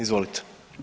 Izvolite.